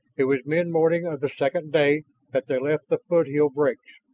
it was midmorning of the second day that they left the foothill breaks,